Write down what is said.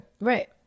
right